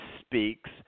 speaks